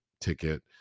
ticket